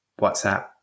WhatsApp